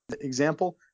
Example